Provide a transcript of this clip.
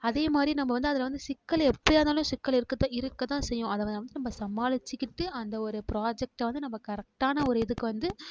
அதே மாதிரி நம்ம வந்து அதில் வந்து சிக்கல் எப்படியா இருந்தாலும் சிக்கல் இருக்க தான் இருக்க தான் செய்யும் அதை நம்ம சமாளித்துகிட்டு அந்த ஒரு ப்ராஜெக்ட்டை வந்து நம்ம கரெக்டான ஒரு இதுக்கு வந்து